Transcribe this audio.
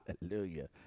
Hallelujah